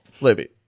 Libby